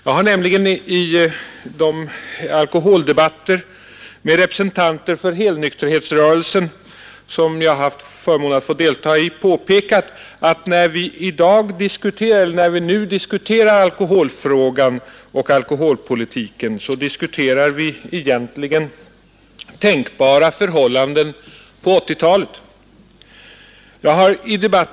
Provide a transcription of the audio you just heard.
Jag har nämligen i de alkoholdebatter med representanter för helnykterhetsrörelsen som jag haft förmånen att få delta i påpekat, att när vi nu diskuterar alkoholfrågan och alkoholpolitiken så diskuterar vi egentligen tänkbara förhållanden på 1980-talet.